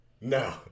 No